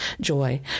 joy